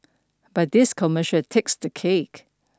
but this commercial takes the cake